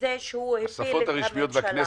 בזה שהוא הפיל את הממשלה.